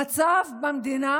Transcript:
המצב במדינה